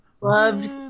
loved